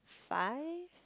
five